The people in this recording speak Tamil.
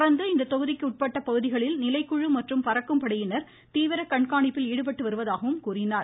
தொடர்ந்து இத்தொகுதிக்கு உட்பட்ட பகுதிகளில் நிலைக்குழு மற்றும் பறக்கும் படையினர் தீவிர கண்காணிப்பில் ஈடுபட்டு வருவதாகவும் அவர் தெரிவித்தார்